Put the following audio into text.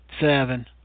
seven